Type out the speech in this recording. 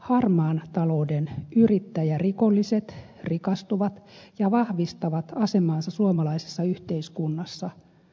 harmaan talouden yrittäjärikolliset rikastuvat ja vahvistavat asemaansa suomalaisessa yhteiskunnassa